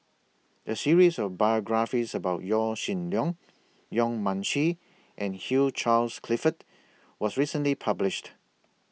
A series of biographies about Yaw Shin Leong Yong Mun Chee and Hugh Charles Clifford was recently published